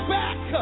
back